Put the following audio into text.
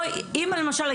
למשל,